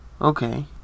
Okay